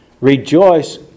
Rejoice